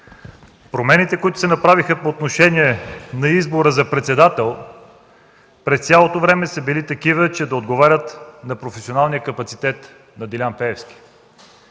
Промените, които се направиха по отношение на избора за председател, през цялото време са били такива, че да отговарят на професионалния капацитет на Делян Пеевски.